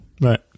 Right